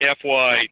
FY